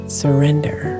surrender